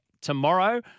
tomorrow